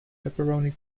pepperoni